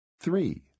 Three